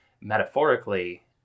Metaphorically